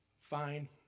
fine